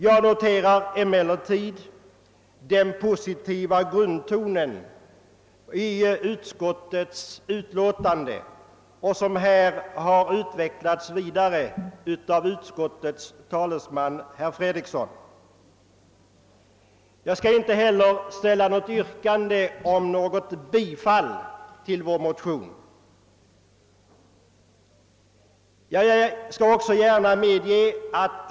Jag noterar emellertid med tillfredsställelse den positiva grundtonen i utskottets utlåtande, som utvecklats vidare av utskottets talesman herr Fredriksson. Jag skall inte heller ställa något yrkande om bifall till vår motion.